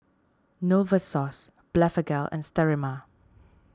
Novosource Blephagel and Sterimar